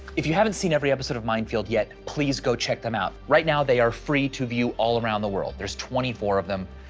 if you haven't seen every episode of mind field yet, please go check them out. right now they are free to view all around the world. there's twenty four of them,